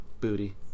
Booty